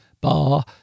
bar